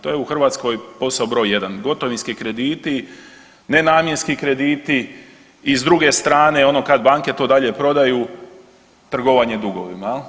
To je u Hrvatskoj broj jedan gotovinski krediti, nenamjenski krediti i s druge strane ono kad banke to dalje prodaju trgovanje dugovima.